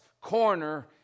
corner